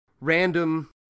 Random